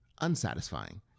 unsatisfying